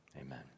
Amen